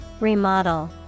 Remodel